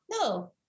no